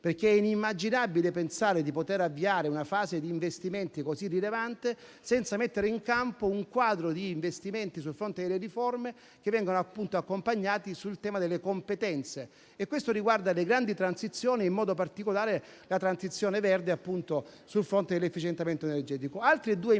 perché è inimmaginabile pensare di poter avviare una fase di investimenti così rilevante senza mettere in campo un quadro di investimenti sul fronte delle riforme accompagnandole con le competenze. Questo riguarda le grandi transizioni, in modo particolare la transizione verde sul fronte dell'efficientamento energetico.